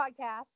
podcast